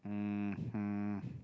um hmm